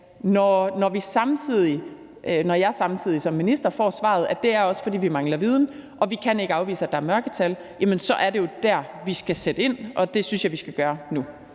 når jeg som minister samtidig får svaret, at det også er, fordi vi mangler viden, og at man ikke kan afvise, at der er mørketal, så er det jo der, vi skal sætte ind, og det synes jeg vi skal gøre nu.